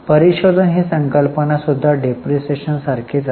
परीशोधन ही संकल्पना सुद्धा डिप्रीशीएशन सारखीच आहे